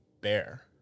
bear